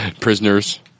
Prisoners